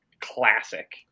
classic